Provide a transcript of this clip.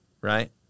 right